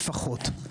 לפחות,